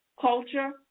culture